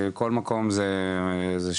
כל מקום זה שונה.